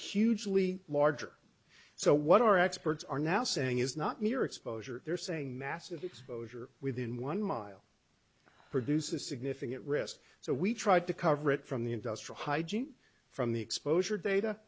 hugely larger so what our experts are now saying is not near exposure they're saying massive exposure within one mile produces a significant risk so we tried to cover it from the industrial hygiene from the exposure data